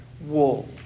wool